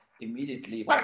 immediately